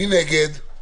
מי נגד?